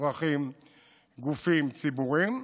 אזרחים וגופים ציבוריים.